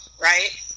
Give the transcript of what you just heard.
right